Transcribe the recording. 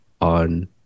on